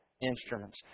instruments